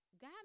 God